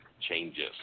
changes